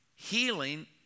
healing